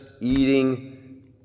eating